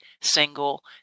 single